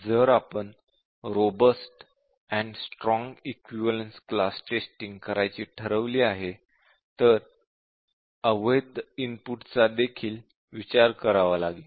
जर आपण robust and strong equivalence class testing करायची ठरवली आहे तर अवैध इनपुटचा देखील विचार करावा लागेल